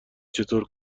چطور